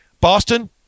Boston